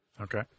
Okay